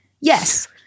Yes